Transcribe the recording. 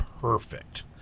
perfect